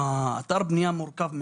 אתר הבנייה מורכב מאוד.